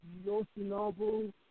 Yoshinobu